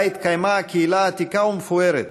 שבה התקיימה קהילה עתיקה ומפוארת,